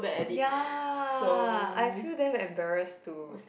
ya I feel damn embarrass to